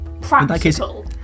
practical